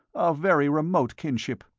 a very remote kinship.